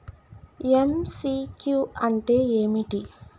MCQ అంటే ఏమిటి?